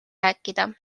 rääkida